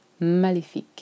maléfique